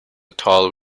tall